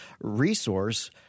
resource